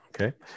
Okay